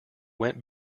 went